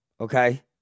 Okay